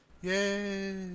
Yay